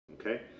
okay